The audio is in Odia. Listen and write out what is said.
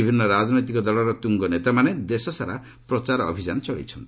ବିଭିନ୍ନ ରାଜନୈତିକ ଦଳର ତୁଙ୍ଗନେତାମାନେ ଦେଶସାରା ପ୍ରଚାର ଅଭିଯାନ ଚଳାଇଛନ୍ତି